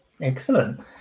excellent